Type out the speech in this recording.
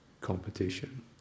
competition